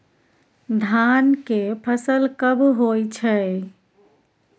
धान के फसल कब होय छै?